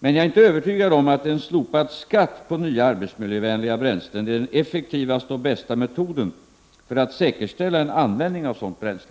Men jag är inte övertygad om att en slopad skatt på nya arbetsmiljövänliga bränslen är den effektivaste och bästa metoden för att säkerställa en användning av sådant bränsle.